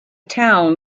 town